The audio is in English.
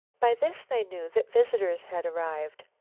by this they knew that visitors had arrived.